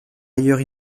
ailleurs